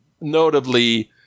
notably